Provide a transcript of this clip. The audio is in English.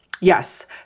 yes